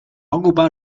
ocupar